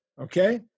Okay